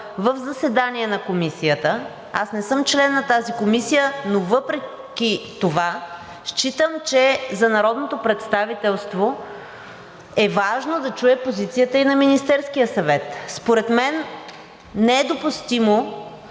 в заседание на Комисията. Аз не съм член на тази комисия, но въпреки това считам, че за народното представителство е важно да чуе позицията и на Министерския съвет. Според мен не е допустимо